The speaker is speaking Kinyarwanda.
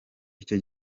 icyo